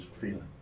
Feeling